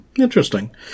interesting